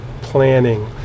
planning